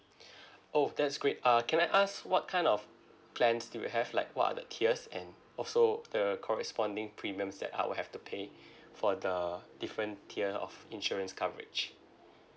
oh that's great uh can I ask what kind of plans you'll have like what are the tiers and also the corresponding premiums that I'll have to pay for the different tier of insurance coverage